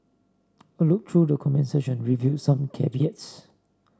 a look through the comments section revealed some caveats